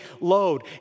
load